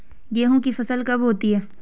गेहूँ की फसल कब होती है?